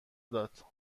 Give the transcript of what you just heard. داد